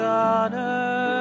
honor